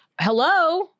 Hello